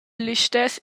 listess